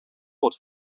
odd